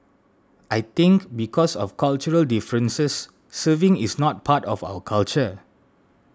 I think because of cultural differences serving is not part of our culture